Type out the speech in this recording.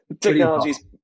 technologies